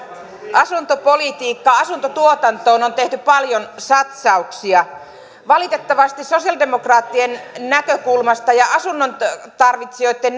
asuntopolitiikkaan asuntotuotantoon on tehty paljon satsauksia valitettavasti sosialidemokraattien näkökulmasta ja asunnontarvitsijoitten